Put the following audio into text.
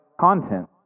content